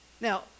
Now